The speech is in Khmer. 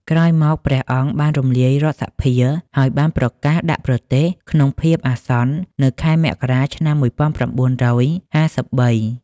ក្រោយមក ព្រះអង្គបានរំលាយរដ្ឋសភាជាតិ ហើយបានប្រកាសដាក់ប្រទេសក្នុងភាពអាសន្ននៅខែមករា ឆ្នាំ១៩៥៣។